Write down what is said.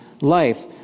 life